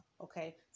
okay